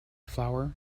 flower